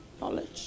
Knowledge